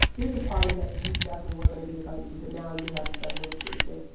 here's a party that you definitely weren't going to be invited to, but now you have a special invitation.